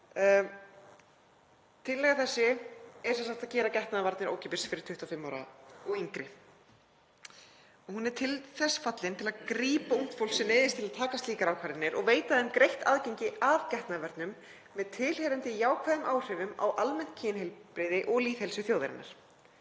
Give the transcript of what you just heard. Tillaga þessi er um að gera getnaðarvarnir ókeypis fyrir 25 ára og yngri. Hún er til þess fallin til að grípa ungt fólk sem neyðist til að taka slíkar ákvarðanir og veita þeim greitt aðgengi að getnaðarvörnum með tilheyrandi jákvæðum áhrifum á almennt kynheilbrigði og lýðheilsu þjóðarinnar.